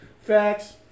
Facts